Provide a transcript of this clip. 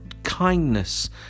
Kindness